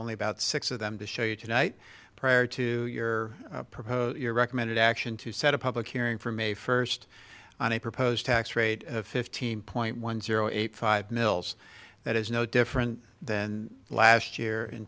only about six of them to show you tonight prior to your proposal your recommended action to set a public hearing from a first on a proposed tax rate of fifteen point one zero eight five mils that is no different than last year in